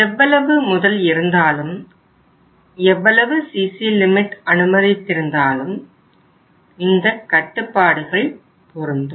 எவ்வளவு முதல் இருந்தாலும் எவ்வளவு CC லிமிட் அனுமதித்திருந்தாலும் இந்த கட்டுப்பாடுகள் பொருந்தும்